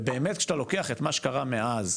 ובאמת, כשאתה לוקח את מה שקרה מאז,